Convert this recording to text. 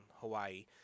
Hawaii